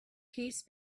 peace